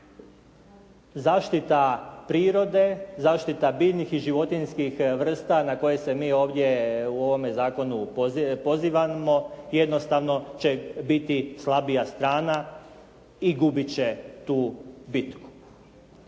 zaštita prirode, zaštita biljnih i životinjskih vrsta na koje se mi ovdje u ovome zakonu pozivamo jednostavno će biti slabija strana i gubit će tu bitku.